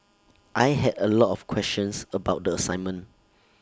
I had A lot of questions about the assignment